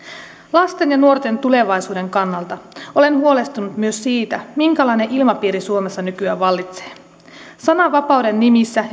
lasten ja nuorten tulevaisuuden kannalta olen huolestunut myös siitä minkälainen ilmapiiri suomessa nykyään vallitsee sananvapauden nimissä